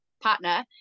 partner